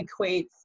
equates